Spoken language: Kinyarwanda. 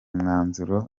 mwanzuro